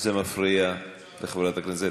זה מפריע לחברת הכנסת.